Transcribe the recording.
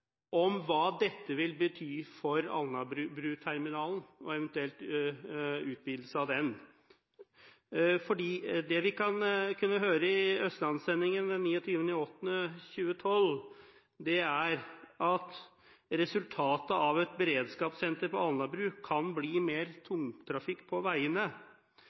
om hva dette vil bety for Alnabruterminalen og eventuelt en utvidelse av den. Det vi kunne høre i Østlandssendingen den 29. august 2012, var: «Resultatet av et beredskapssenter på Alnabru kan bli mer tungtrafikk på veiene.